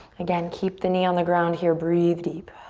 again, keep the knee on the ground here, breathe deep.